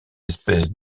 espèce